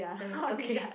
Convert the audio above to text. uh okay